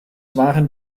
waren